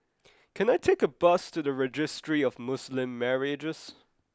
can I take a bus to the Registry of Muslim Marriages